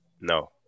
No